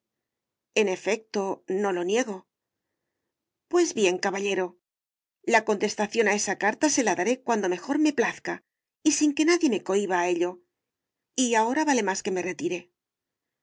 en efecto no lo niego pues bien caballero la contestación a esa carta se la daré cuando mejor me plazca y sin que nadie me cohiba a ello y ahora vale más que me retire